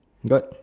got